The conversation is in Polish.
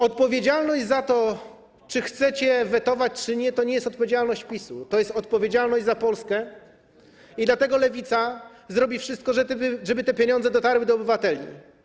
Odpowiedzialność za to, czy chcecie wetować, czy nie, to nie jest odpowiedzialność PiS-u, to jest odpowiedzialność za Polskę, i dlatego Lewica zrobi wszystko, żeby te pieniądze dotarły do obywateli.